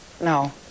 No